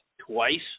twice